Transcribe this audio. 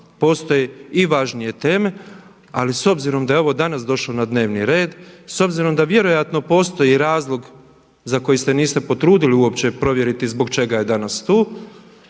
Postoje i važnije teme, ali s obzirom da je ovo danas došlo na dnevni red, s obzirom da vjerojatno postoji razlog za koji se niste potrudili uopće provjeriti zbog čega je danas tu,